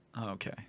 Okay